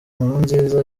nkurunziza